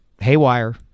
haywire